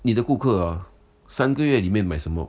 你的顾客 orh 三个月里面买什么